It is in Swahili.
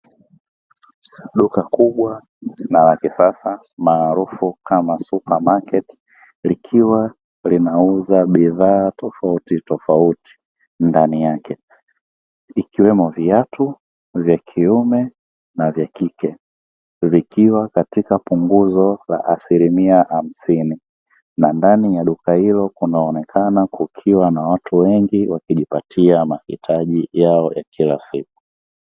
Duka kubwa na la kisasa maarufu kama supamaketi likiwa linauza bidhaa tofautitofauti, ndani yake ikiwemo viatu vya kiume na vya kike vikiwa katika punguzo la asilimia hamsini, na ndani ya duka hilo kunaonekana kukiwa na watu wengi wakijipatia mahitaji yao ya kila siku.